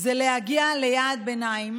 היא להגיע ליעד ביניים